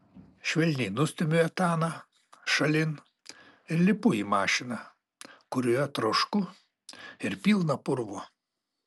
švelniai nustumiu etaną šalin ir lipu į mašiną kurioje trošku ir pilna purvo